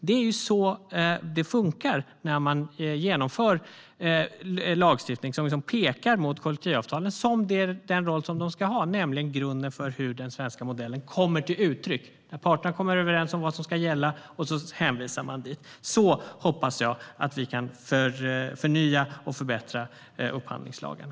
Det är så det funkar när man genomför lagstiftning som pekar mot den roll kollektivavtalen ska ha, nämligen som grunden för hur den svenska modellen kommer till uttryck. Parterna kommer överens om vad som ska gälla, och så hänvisar man dit. Så hoppas jag att vi kan förnya och förbättra upphandlingslagarna.